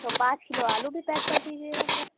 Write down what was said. تو پانچ کلو آلو بھی پیک کر دیجیے گا پھر